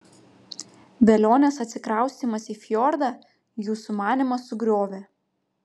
velionės atsikraustymas į fjordą jų sumanymą sugriovė